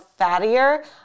fattier